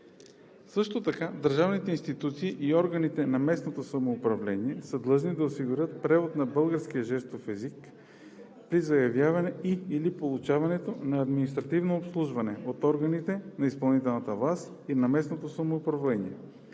Също така държавните институции и органите на местното самоуправление са длъжни да осигуряват превод на български жестов език при заявяване и/или получаване на административно обслужване от органите на изпълнителната власт и на местното самоуправление,